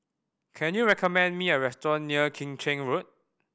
can you recommend me a restaurant near Keng Chin Road